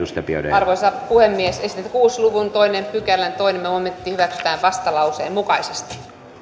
arvoisa puhemies esitän että kuuden luvun toisen pykälän toinen momentti hyväksytään vastalauseen mukaisesti